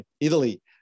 Italy